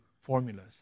formulas